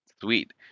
Sweet